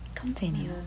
Continue